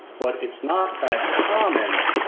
but it's not that common,